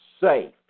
safe